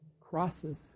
crosses